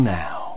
now